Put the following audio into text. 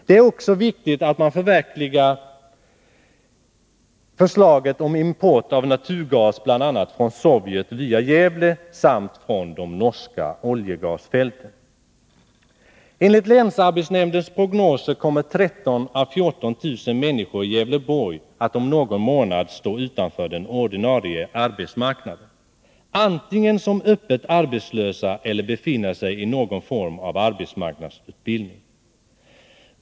Det är också viktigt att man genomför förslaget om import av naturgas, bl.a. från Sovjet via Gävle samt från de norska oljegasfälten. Enligt länsarbetsnämndens prognoser kommer 13 000 å 14 000 människor i Gävleborgs län att om någon månad stå utanför den ordinarie arbetsmarknaden antingen som öppet arbetslösa eller i någon form av arbetsmarknadsutbildning.